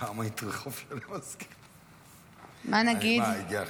פעם היית רחוב של, מה, הגיע ל-15,000.